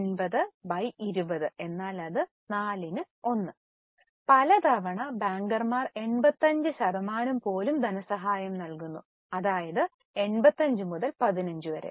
80 by 20 എന്നാൽ ഇത് 4 നു 1 പലതവണ ബാങ്കർമാർ 85 ശതമാനം പോലും ധനസഹായം നൽകുന്നു അതായത് 85 മുതൽ 15 വരെ